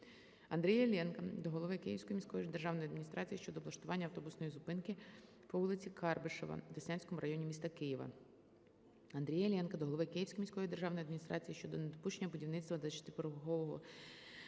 Андрія Іллєнка до голови Київської міської державної адміністрації щодо облаштування автобусної зупинки по вулиці Карбишева в Деснянському районі міста Києва. Андрія Іллєнка до голови Київської міської державної адміністрації щодо недопущення будівництва 24-поверхового